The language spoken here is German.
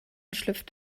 schlüpft